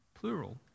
plural